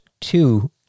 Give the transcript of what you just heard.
two